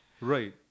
Right